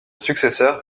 successeur